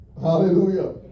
Hallelujah